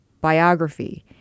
biography